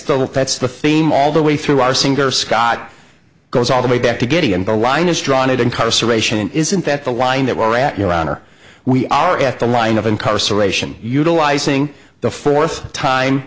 the that's the theme all the way through our singer scott goes all the way back to getting and the line is drawn and incarceration isn't that the line that we're at your honor we are at the line of incarceration utilizing the fourth time